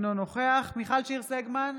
אינו נוכח מיכל שיר סגמן,